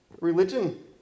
Religion